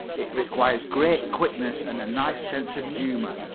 it requires great quickness and a nice sense of humour.